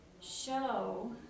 show